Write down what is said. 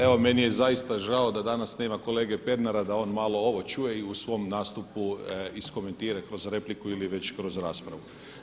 Evo meni je zaista žao da danas nema kolege Pernara da on malo ovo čuje i u svom nastupu iskomentira kroz repliku ili već kroz raspravu.